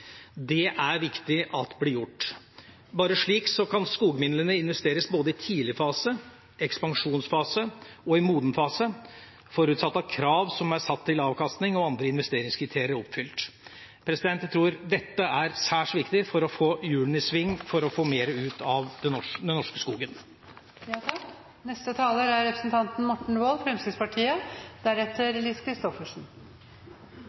Det er det viktig at blir gjort. Bare slik kan skogmidlene investeres i tidlig fase, ekspansjonsfase og moden fase, forutsatt at krav som er satt til avkastning og andre investeringskriterier, er oppfylt. Jeg tror dette er særs viktig for å få hjulene i sving, for å få mer ut av den norske